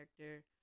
character